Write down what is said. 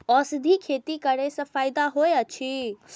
औषधि खेती करे स फायदा होय अछि?